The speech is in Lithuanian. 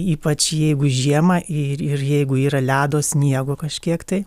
ypač jeigu žiemą ir ir jeigu yra ledo sniego kažkiek tai